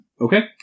Okay